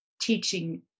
teaching